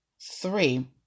three